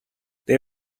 they